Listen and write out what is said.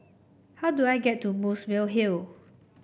how do I get to Muswell Hill